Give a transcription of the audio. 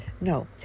No